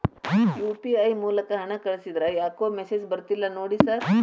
UPI ಮೂಲಕ ಹಣ ಕಳಿಸಿದ್ರ ಯಾಕೋ ಮೆಸೇಜ್ ಬರ್ತಿಲ್ಲ ನೋಡಿ ಸರ್?